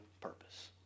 purpose